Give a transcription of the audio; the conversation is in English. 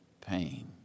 pain